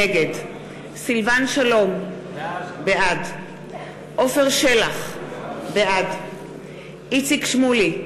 נגד סילבן שלום, בעד עפר שלח, בעד איציק שמולי,